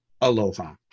aloha